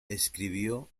escribió